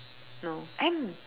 no and